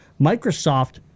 Microsoft